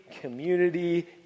community